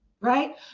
right